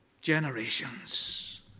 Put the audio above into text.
generations